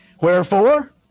Wherefore